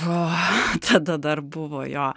o tada dar buvo jo